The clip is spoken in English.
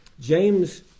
James